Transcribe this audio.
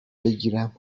بگیرم